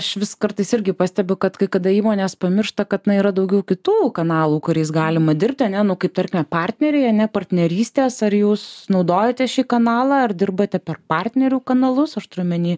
aš vis kartais irgi pastebiu kad kai kada įmonės pamiršta kad na yra daugiau kitų kanalų kuriais galima dirbti ane nu kaip tarkime partneriai ane partnerystės ar jūs naudojote šį kanalą ar dirbate per partnerių kanalus aš turiu omeny